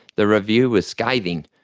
the review was scathing,